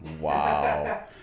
Wow